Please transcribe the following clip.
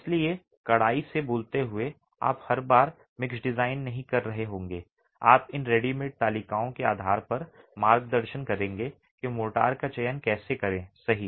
इसलिए कड़ाई से बोलते हुए आप हर बार मिक्स डिज़ाइन नहीं कर रहे होंगे आप इन रेडीमेड तालिकाओं के आधार पर मार्गदर्शन करेंगे कि मोर्टार का चयन कैसे करें सही